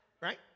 right